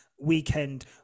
weekend